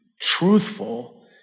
truthful